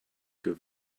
good